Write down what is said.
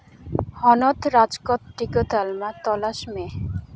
ᱦᱚᱱᱚᱛ ᱨᱟᱡᱽᱠᱚᱴ ᱴᱤᱠᱟᱹ ᱛᱟᱞᱢᱟ ᱛᱚᱞᱟᱥ ᱢᱮ